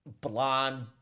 blonde